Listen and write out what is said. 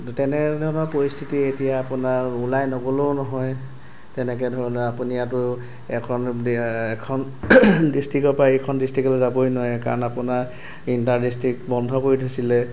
কিন্তু তেনেধৰণৰ পৰিস্থিতি এতিয়া আপোনাৰ ওলাই নগ'লেও নহয় তেনেকৈ ধৰণে আপুনি ইয়াতো এখন এখন ডিষ্ট্ৰিক্টৰপৰা এইখন ডিষ্ট্ৰিক্টলৈ যাবই নোৱাৰে কাৰণ আপোনাৰ ইণ্টাৰ ডিষ্ট্ৰিক্ট বন্ধ কৰি থৈছিলে